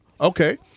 Okay